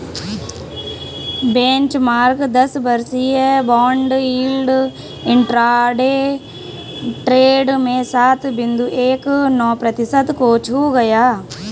benchmark दस वर्षीय bond yield intraday trade में सात बिंदु एक नौ प्रतिशत को छू गया